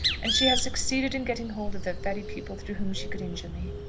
and she has succeeded in getting hold of the very people through whom she could injure me.